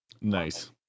Nice